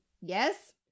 yes